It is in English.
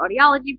Audiology